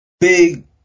big